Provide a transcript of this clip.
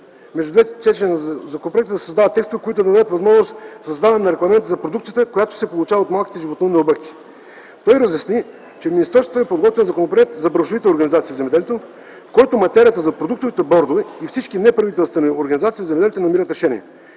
между двете четения на законопроекта да се създадат текстове, които да дадат възможност за създаване на регламент за продукцията, която се получава от малките животновъдни обекти. Той разясни, че в министерството е подготвен законопроект за браншовите организации в земеделието, в който материята за продуктовите бордове и всички неправителствени организации в земеделието намират решение.